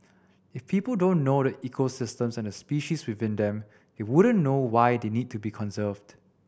if people don't know the ecosystems and the species within them they wouldn't know why they need to be conserved